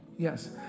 Yes